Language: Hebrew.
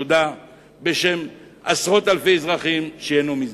תודה בשם עשרות אלפי אזרחים שייהנו מזה.